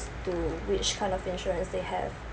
to which kind of insurance they have